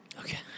Okay